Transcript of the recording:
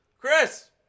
Chris